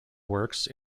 works